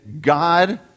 God